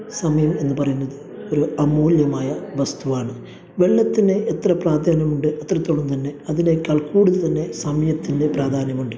സമയം എന്ന് പറയുന്നത് ഒരു അമൂല്യമായ വസ്തുവാണ് വെള്ളത്തിന് എത്ര പ്രാധാന്യമുണ്ട് അത്രത്തോളം തന്നെ അതിനേക്കാൾ കൂടുതൽ തന്നെ സമയത്തിൻ്റെ പ്രാധാന്യമുണ്ട്